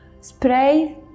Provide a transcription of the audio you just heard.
spray